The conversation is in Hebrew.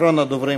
אחרון הדוברים,